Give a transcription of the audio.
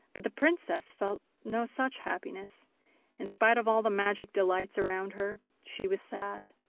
but the princess felt no such happiness in spite of all the magic delights around her she was sad,